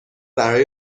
برای